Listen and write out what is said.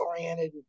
oriented